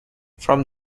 from